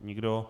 Nikdo.